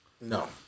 No